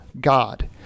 God